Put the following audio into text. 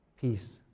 Peace